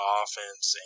offense